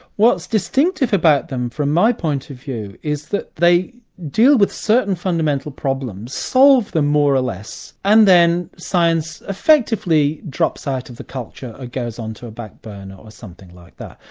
what's distinctive about them from my point of view is that they deal with certain fundamental problems, solve them more or less, and then science effectively drops out of the culture, or goes onto a back-burner, or something like that.